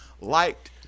liked